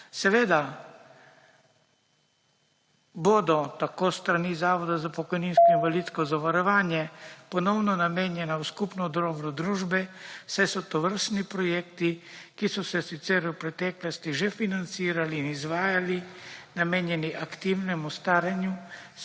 Seveda bodo tako s strani Zavoda za pokojninsko in invalidsko zavarovanje ponovno namenjena v skupno dobro družbe saj so tovrstni projekti, ki so se sicer v preteklosti že financirali in izvajani namenjeni aktivnemu staranju